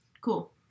Cool